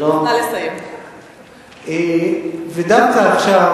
ודווקא עכשיו